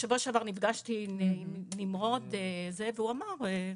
בשבוע שעבר נפגשתי עם נמרוד והוא אמר.